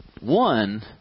One